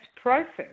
process